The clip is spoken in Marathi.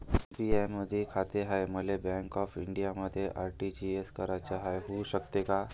एस.बी.आय मधी खाते हाय, मले बँक ऑफ इंडियामध्ये आर.टी.जी.एस कराच हाय, होऊ शकते का?